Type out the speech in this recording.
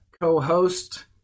co-host